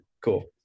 Cool